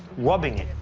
rubbing it,